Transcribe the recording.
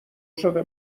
شده